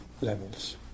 levels